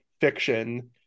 fiction